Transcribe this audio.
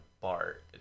BART